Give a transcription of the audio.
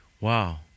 Wow